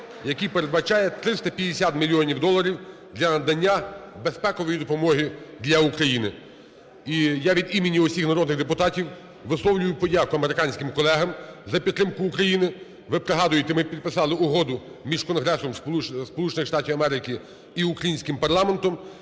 який передбачає 350 мільйонів доларів для надання безпекової допомоги для України. І я від імені всіх народних депутатів висловлюю подяку американським колегам за підтримку України. Ви пригадуєте, ми підписали Угоду між Конгресом Сполучених Штатів Америки і українським парламентом.